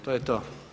To je to.